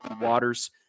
Waters